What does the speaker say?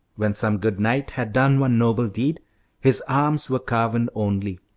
when some good knight had done one noble deed his arms were carven only,